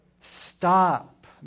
stop